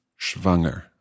Schwanger